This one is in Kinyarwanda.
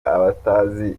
abatazi